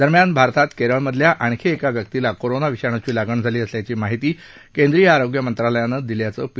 दरम्यान भारतात केरळमधल्या आणखी एका व्यक्तीला कोरोना विषाणूची लागण झाली असल्याची माहिती केंद्रीय आरोग्य मंत्रालयानं दिल्याचं पी